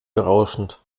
berauschend